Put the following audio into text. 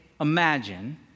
imagine